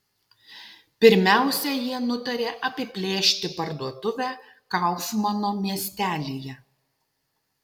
pirmiausia jie nutarė apiplėšti parduotuvę kaufmano miestelyje